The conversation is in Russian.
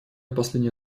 последняя